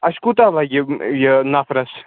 اَسہِ کوٗتاہ لَگہِ یہِ نَفرَس